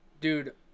Dude